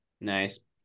nice